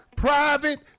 private